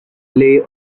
play